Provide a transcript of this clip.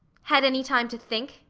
had any time to think?